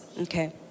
okay